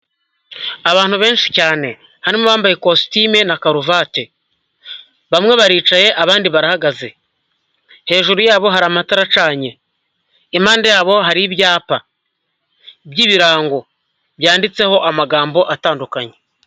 Abantu benshi cyane. Harimo abambaye ikositime na karuvate. Bamwe baricaye abandi barahagaze. Hejuru yabo hari amatara acanye. Impande yabo hari ibyapa by'ibirango. Byanditseho amagambo atandukanye.